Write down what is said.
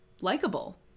likable